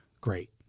great